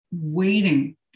waiting